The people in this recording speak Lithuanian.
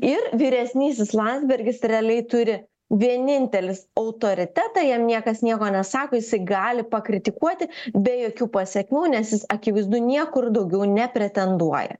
ir vyresnysis landsbergis realiai turi vienintelis autoritetą jam niekas nieko nesako jisai gali pakritikuoti be jokių pasekmių nesjis akivaizdu niekur daugiau nepretenduoja